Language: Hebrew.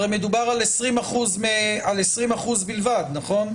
הרי מדובר על 20% בלבד, נכון?